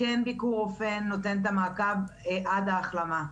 שכן ביקור רופא נותן את המעקב עד ההחלמה.